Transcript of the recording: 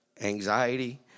anxiety